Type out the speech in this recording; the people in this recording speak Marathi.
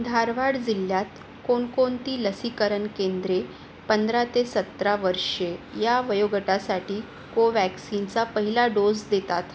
धारवाड जिल्ह्यात कोणकोणती लसीकरण केंद्रे पंधरा ते सतरा वर्षे या वयोगटासाठी कोव्हॅक्सिनचा पहिला डोस देतात